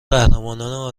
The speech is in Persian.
قهرمانان